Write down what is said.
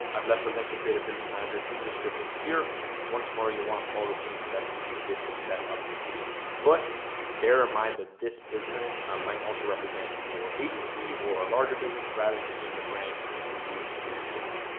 i've left a link to create a business manager in the description here. once more. you want to follow the same steps as you did to set up your page. but bear in mind that this business, ah, might also represent your agency or a larger business rather than just being the brain you've used for your page.